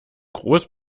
groß